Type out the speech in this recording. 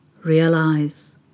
realize